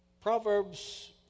Proverbs